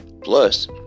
Plus